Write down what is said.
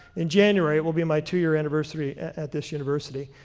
in january it will be my two-year anniversary at this university.